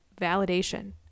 validation